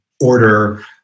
order